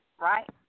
right